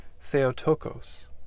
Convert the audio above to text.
Theotokos